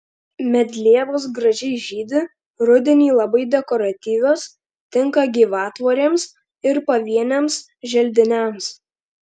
medlievos gražiai žydi rudenį labai dekoratyvios tinka gyvatvorėms ir pavieniams želdiniams